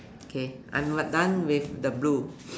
okay I'm right done with the blue